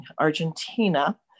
Argentina